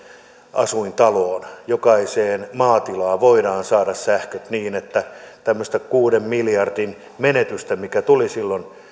asuintaloon jokaiseen maatilaan voidaan saada sähköt niin että ei tule tämmöistä kuuden miljardin menetystä